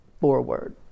forward